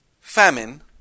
famine